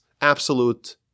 absolute